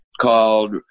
called